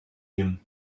him